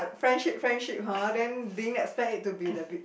friendship friendship ha then didn't expect it to be that